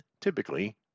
typically